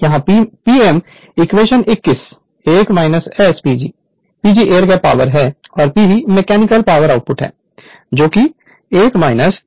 यहां Pm equation 21 1 S PG PG air gap power है और pv मैकेनिकल पावर आउटपुट है जो 1 S PG है